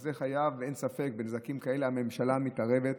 זה חייב, אין ספק, בנזקים כאלה הממשלה מתערבת.